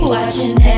Watching